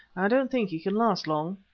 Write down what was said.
i don't think he can last long.